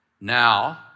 Now